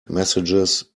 messages